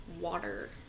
water